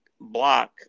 block